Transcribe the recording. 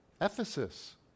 Ephesus